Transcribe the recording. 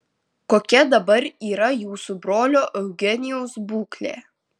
kokia dabar yra jūsų brolio eugenijaus būklė